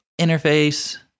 interface